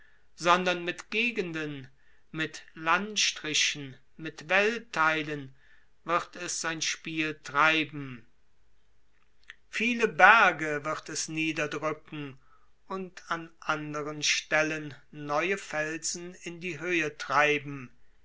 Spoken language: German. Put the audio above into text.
sondern mit gegenden mit landstrichen mit welttheilen wird es sein spiel treiben viele berge wird es niederdrücken und an anderen stellen neue felsen in die höhe treiben